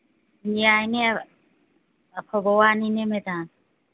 ꯌꯥꯅꯦ ꯑꯐꯕ ꯋꯥꯅꯤꯅꯦ ꯃꯦꯗꯥꯝ